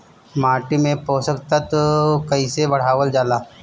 माटी में पोषक तत्व कईसे बढ़ावल जाला ह?